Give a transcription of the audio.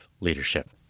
leadership